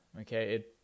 Okay